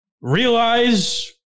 realize